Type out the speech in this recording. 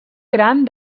gran